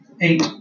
eight